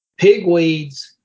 Pigweeds